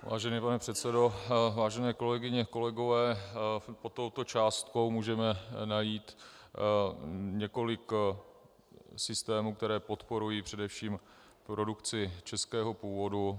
Vážený pane předsedo, vážené kolegyně, kolegové, pod touto částkou můžeme najít několik systémů, které podporují především produkci českého původu.